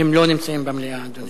הם לא נמצאים במליאה, אדוני.